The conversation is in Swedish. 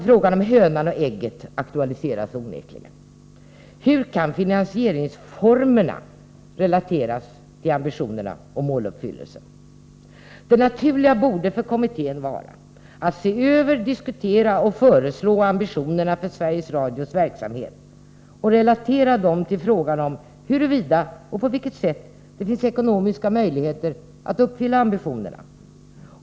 Frågan om hönan och ägget aktualiseras onekligen. Hur kan finansieringsformerna relateras till ambitionerna och måluppfyllelsen? Det naturliga borde för kommittén vara att se över, diskutera och föreslå ambitionerna för Sveriges Radios verksamhet och relatera dessa till frågan om huruvida och på vilket sätt det finns ekonomiska möjligheter att uppfylla ambitionerna.